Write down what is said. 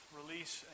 release